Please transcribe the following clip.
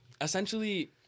essentially